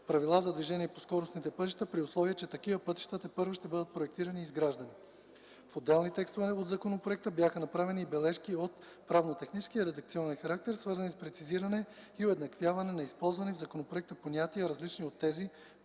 правила за движение по скоростните пътища, при условие че такива пътища тепърва ще бъдат проектирани и изграждани. По отделни текстове от законопроекта бяха направени и бележки от правно-технически и редакционен характер, свързани с прецизиране и уеднаквяване на използвани в законопроекта понятия, различни от тези